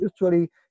usually